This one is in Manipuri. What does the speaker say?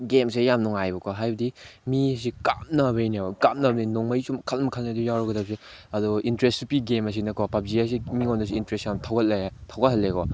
ꯒꯦꯝꯁꯦ ꯌꯥꯝ ꯅꯨꯡꯉꯥꯏꯌꯦꯕꯀꯣ ꯍꯥꯏꯕꯗꯤ ꯃꯤꯁꯦ ꯀꯥꯞꯅꯕꯩꯅꯦꯕ ꯀꯥꯞꯅꯕꯅꯦꯕ ꯅꯣꯡꯃꯩꯁꯦ ꯁꯨꯝ ꯃꯈꯜ ꯃꯈꯜꯅꯦ ꯑꯗꯨꯗ ꯌꯥꯎꯔꯛꯀꯗꯣꯏꯁꯦ ꯑꯗꯣ ꯏꯟꯇꯔꯦꯁꯁꯨ ꯄꯤ ꯒꯦꯝ ꯑꯁꯤꯅꯀꯣ ꯄꯞꯖꯤ ꯍꯥꯏꯁꯦ ꯃꯤꯉꯣꯟꯗꯁꯨ ꯏꯟꯇꯔꯦꯁ ꯌꯥꯝ ꯊꯧꯒꯠꯂꯦ ꯊꯧꯒꯠꯍꯜꯂꯦꯀꯣ